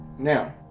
now